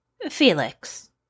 felix